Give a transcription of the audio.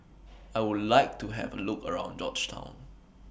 I Would like to Have A Look around Georgetown